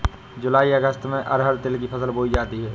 जूलाई अगस्त में अरहर तिल की फसल बोई जाती हैं